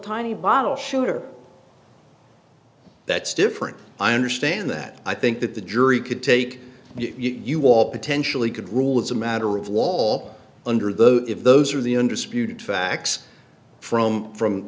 tiny bottle shooter that's different i understand that i think that the jury could take you all potentially could rule as a matter of law under the if those are the undisputed facts from from